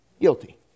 Guilty